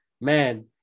man